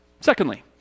secondly